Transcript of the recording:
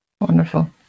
wonderful